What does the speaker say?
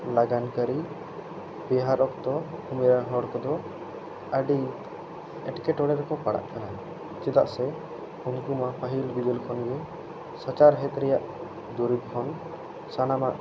ᱞᱟᱜᱟᱱᱠᱟᱹᱨᱤ ᱯᱮᱦᱟᱨᱚᱠᱛᱚ ᱯᱮ ᱦᱚᱲ ᱠᱚᱫᱚ ᱟᱹᱰᱤ ᱮᱴᱠᱮᱴᱚᱬᱮ ᱨᱮᱠᱚ ᱯᱟᱲᱟᱜ ᱠᱟᱱᱟ ᱪᱮᱫᱟᱜ ᱥᱮ ᱩᱱᱠᱩ ᱢᱟ ᱯᱟᱹᱦᱤᱞ ᱵᱤᱫᱟᱹᱞ ᱠᱷᱚᱱ ᱜᱮ ᱥᱚᱪᱟᱨᱦᱮᱫ ᱨᱮᱭᱟᱜ ᱫᱩᱨᱤᱵᱽ ᱠᱷᱚᱱ ᱥᱟᱱᱟᱢᱟᱜ